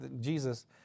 Jesus